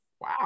Wow